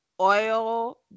Oil